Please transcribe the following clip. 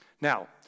Now